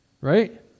right